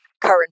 current